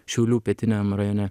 šiaulių pietiniam rajone